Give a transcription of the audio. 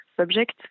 subject